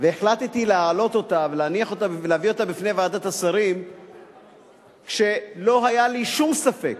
והחלטתי להעלות אותה ולהביא אותה בפני ועדת השרים כשלא היה לי שום ספק